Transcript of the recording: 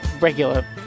regular